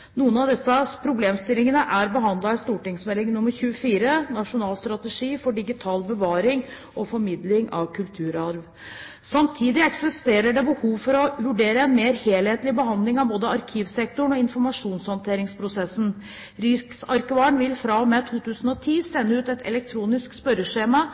Noen av disse problemstillingene er behandlet i St.meld. nr. 24 for 2008–2009, Nasjonal strategi for digital bevaring og formidling av kulturarv. Samtidig eksisterer det behov for å vurdere en mer helhetlig behandling av både arkivsektoren og informasjonshåndteringsprosessen. Riksarkivaren vil fra og med 2010 sende ut et elektronisk spørreskjema